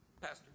Pastor